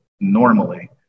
normally